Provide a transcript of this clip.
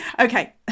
Okay